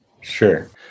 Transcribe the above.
Sure